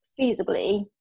feasibly